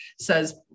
says